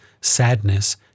sadness